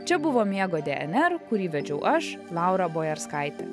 čia buvo miego dnr kurį vedžiau aš laura bojarskaitė